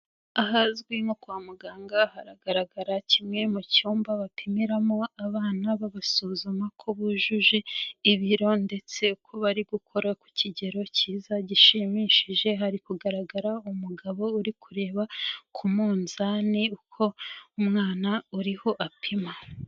Ahazwi nko kwa muganga haragaragara kimwe mu cyumba bapimiramo abana babasuzuma ko bujuje ibiro ndetse ko bari gukura ku kigero kiza gishimishije, hari kugaragara umugabo uri kureba ku munzani uko umwana uriho apima.